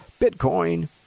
Bitcoin